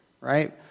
right